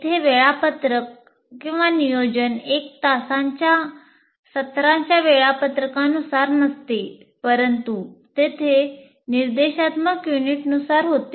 इथे वेळापत्रक नियोजन एका तासाच्या सत्रांच्या वेळापत्रकानुसार नसते परंतु ते निर्देशात्मक युनिटनुसार होते